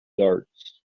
darts